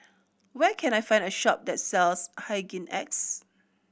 where can I find a shop that sells Hygin X